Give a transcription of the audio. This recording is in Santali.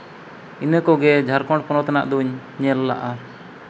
ᱤᱱᱟᱹ ᱠᱚᱜᱮ ᱡᱷᱟᱲᱠᱷᱚᱸᱰ ᱯᱚᱱᱚᱛ ᱨᱮᱱᱟᱜ ᱫᱚᱧ ᱧᱮᱞ ᱞᱟᱜᱼᱟ